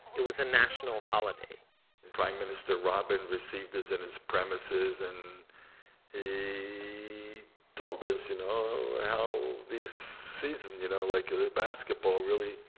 it was a national holiday prime minister rabin received us in his premises and he told us, you know, how the season, you know, like the basketball really,